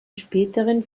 späteren